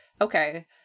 okay